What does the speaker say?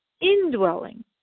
indwelling